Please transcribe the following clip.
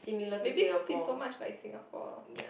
maybe cause is so much like Singapore